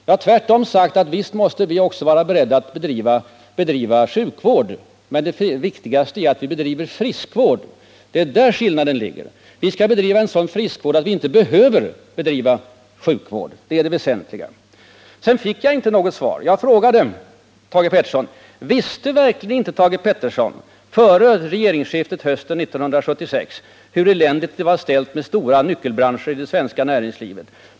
Jag har tvärtom sagt att visst måste vi också vara beredda att bedriva sjukvård. Men det viktigaste är att vi bedriver friskvård — det är där skillnaden ligger. Vi skall bedriva en sådan friskvård att vi inte behöver bedriva sjukvård. Sedan fick jag inte något svar när jag frågade Thage Peterson: Visste verkligen inte Thage Peterson före regeringsskiftet hösten 1976 hur eländigt det var ställt med viktiga nyckelbranscher i det svenska näringslivet?